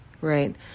Right